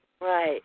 Right